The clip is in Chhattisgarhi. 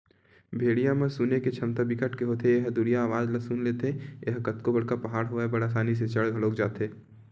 भेड़िया म सुने के छमता बिकट के होथे ए ह दुरिहा ले अवाज ल सुन लेथे, ए ह कतको बड़का पहाड़ होवय बड़ असानी ले चढ़ घलोक जाथे